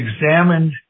examined